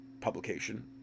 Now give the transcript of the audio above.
publication